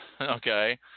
okay